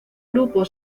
grupo